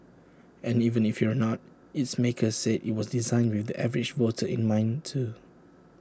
and even if you're not its makers say IT was designed with the average voter in mind too